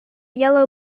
yellow